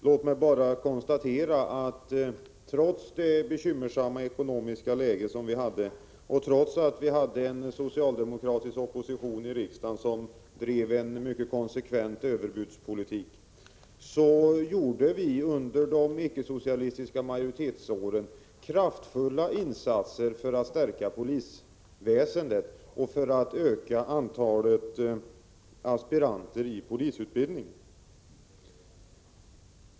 Låt mig bara konstatera att vi under åren med icke-socialistisk majoritet, trots det bekymmersamma ekonomiska läget och trots att vi i riksdagen hade en socialdemokratisk opposition som drev en mycket konsekvent överbudskritik, gjorde kraftfulla insatser för att stärka polisväsendet och för att öka antalet aspiranter i polisutbildning.